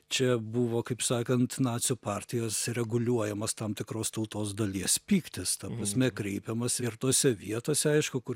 čia buvo kaip sakant nacių partijos reguliuojamas tam tikros tautos dalies pyktis ta prasme kreipiamas ir tose vietose aišku kur